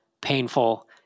painful